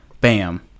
Bam